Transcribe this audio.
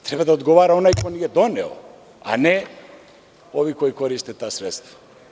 Treba da odgovara onaj koji nije doneo, a ne oni koji koriste ta sredstva.